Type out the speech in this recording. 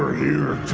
here